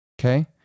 okay